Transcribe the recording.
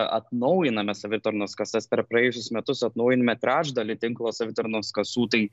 atnaujiname savitarnos kasas per praėjusius metus atnaujinime trečdalį tinklo savitarnos kasų tai